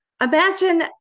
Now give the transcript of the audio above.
Imagine